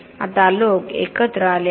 आता लोक एकत्र आले आहेत